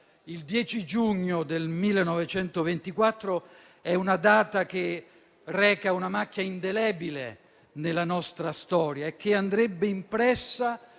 Il 10 giugno 1924 è una data che reca una macchia indelebile nella nostra storia e che andrebbe impressa